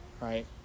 right